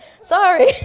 sorry